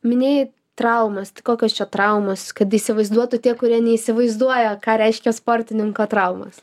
minėjai traumas tai kokios čia traumos kad įsivaizduotų tie kurie neįsivaizduoja ką reiškia sportininko traumos